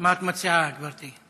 מה את מציעה, גברתי?